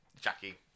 Jackie